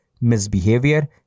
misbehavior